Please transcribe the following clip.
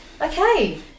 Okay